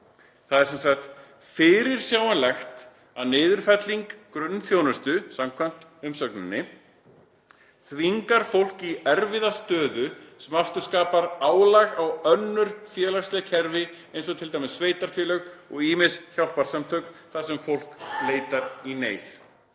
„Það er fyrirsjáanlegt að niðurfelling grunnþjónustu þvingar fólk í erfiða stöðu sem aftur skapar álag á önnur félagsleg kerfi eins og til dæmis sveitarfélög og ýmis hjálparsamtök, þ[ar] sem fólk leitar í neyð.“